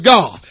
God